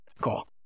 cool